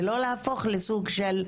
ולא להפוך לסוג של,